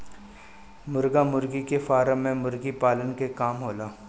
मुर्गा मुर्गी के फार्म में मुर्गी पालन के काम होला